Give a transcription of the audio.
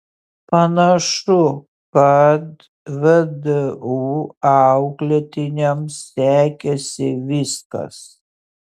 panašu kad vdu auklėtiniams sekėsi viskas